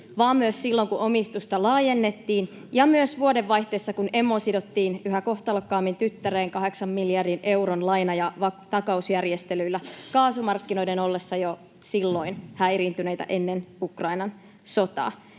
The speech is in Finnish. vaan myös silloin, kun omistusta laajennettiin, ja myös vuodenvaihteessa, kun emo sidottiin yhä kohtalokkaammin tyttäreen kahdeksan miljardin euron laina- ja takausjärjestelyillä kaasumarkkinoiden ollessa jo silloin häiriintyneitä ennen Ukrainan sotaa.